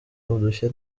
udushya